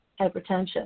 Hypertension